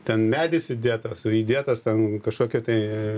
ten medis įdėtas o įdėtas ten kažkokia tai